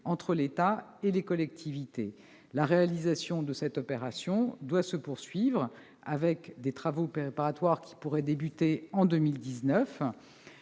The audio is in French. entre l'État et les collectivités. Cette opération doit se poursuivre avec des travaux préparatoires qui pourraient débuter en 2019.